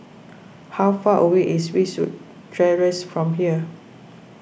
how far away is Eastwood Terrace from here